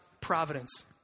providence